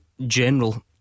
general